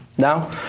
Now